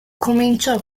cominciò